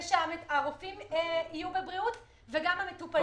שהרופאים יהיו בבריאות וגם המטופלים.